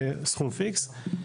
סכום פיקס.